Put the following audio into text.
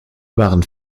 waren